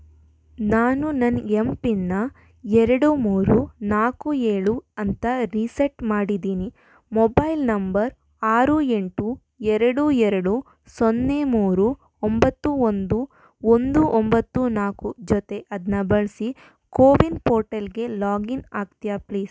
ನಾನು ನನ್ನ ಎಂಪಿನ್ನ್ನ ಎರಡು ಮೂರು ನಾಲ್ಕು ಏಳು ಅಂತ ರೀಸೆಟ್ ಮಾಡಿದ್ದೀನಿ ಮೊಬೈಲ್ ನಂಬರ್ ಆರು ಎಂಟು ಎರಡು ಎರಡು ಸೊನ್ನೆ ಮೂರು ಒಂಬತ್ತು ಒಂದು ಒಂದು ಒಂಬತ್ತು ನಾಲ್ಕು ಜೊತೆ ಅದನ್ನ ಬಳಸಿ ಕೋವಿನ್ ಪೋರ್ಟಲ್ಗೆ ಲಾಗಿನ್ ಆಗ್ತಿಯಾ ಪ್ಲೀಸ್